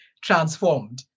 transformed